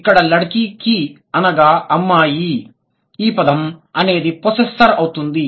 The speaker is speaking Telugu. ఇక్కడ లడ్కి కి అనగా అమ్మాయి ఈ పదం అమ్మాయి అనేది పోసిస్సోర్ అవుతుంది